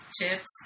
chips